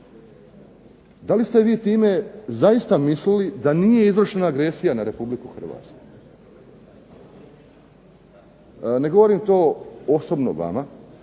Da li ste vi time zaista mislili da nije izvršena agresija na Republiku Hrvatsku? Ne govorim to osobno vama,